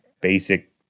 basic